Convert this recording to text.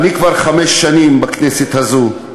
אני כבר חמש שנים בכנסת הזו,